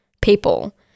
people